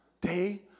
day